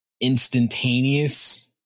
instantaneous